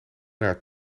naar